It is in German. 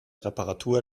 reparatur